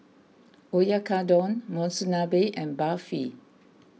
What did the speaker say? Oyakodon Monsunabe and Barfi